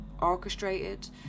orchestrated